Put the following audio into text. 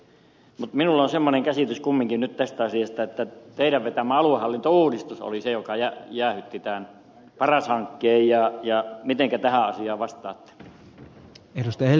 mutta minulla on semmoinen käsitys kumminkin nyt tästä asiasta että teidän vetämänne aluehallintouudistus oli se joka jäädytti tämän paras hankkeen ja mitenkä tähän asiaan vastaatte